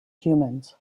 humans